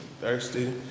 thirsty